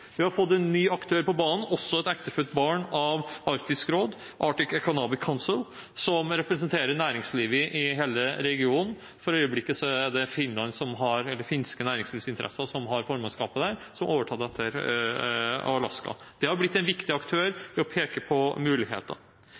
Vi har fått en ny aktør på banen, også et ektefødt barn av Arktisk råd, Arctic Economic Council, som representerer næringslivet i hele regionen. For øyeblikket er det finske næringslivsinteresser som har formannskapet der, og de har overtatt etter Alaska. De har blitt en viktig aktør ved å peke på muligheter.